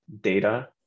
data